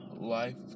life